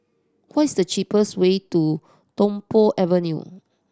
what is the cheapest way to Tung Po Avenue